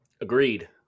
Agreed